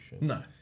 no